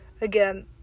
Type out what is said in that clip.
Again